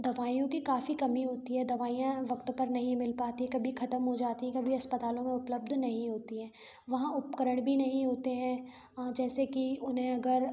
दवाइयों की काफी कमी होती है दवाइयाँ वक्त पर नहीं मिल पाती कभी खत्म हो जाती कभी अस्पतालों में उपलब्ध नहीं होती हैं वहाँ उपकरण भी नहीं होते हैं अ जैसे कि उन्हें अगर